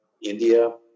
India